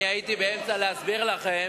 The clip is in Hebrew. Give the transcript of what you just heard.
אני הייתי באמצע, להסביר לכם